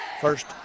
First